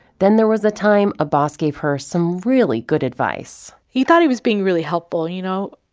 then there was the time a boss gave her some really good advice. he thought he was being really helpful, you know,